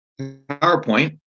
PowerPoint